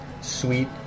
sweet